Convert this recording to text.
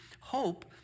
Hope